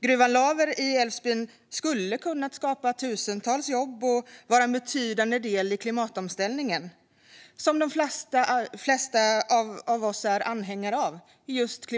Gruvan Laver i Älvsbyn skulle ha kunnat skapa tusentals jobb och vara en betydande del i klimatomställningen, som de flesta av oss är anhängare av.